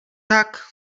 tak